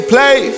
Play